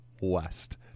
West